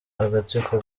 agatsiko